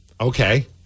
Okay